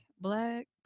black